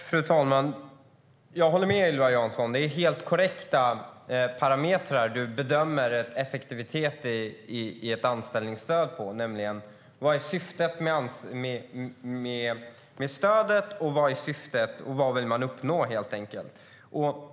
Fru talman! Jag håller med Ylva Johansson. Det är utifrån helt korrekta parametrar hon bedömer ett anställningsstöds effektivitet, nämligen vad som är syftet med stödet och vad man vill uppnå med det, helt enkelt.